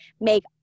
make